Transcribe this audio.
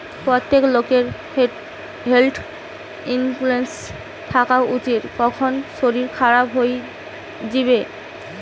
প্রত্যেক লোকেরই health insurance থাকা উচিত, কখন শরীর খারাপ হই যিবে